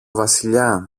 βασιλιά